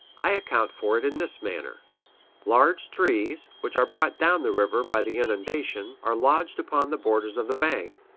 i account for it in this manner large trees, which are brought down the river by the inundations, are lodged upon the borders of the bank,